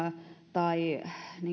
tai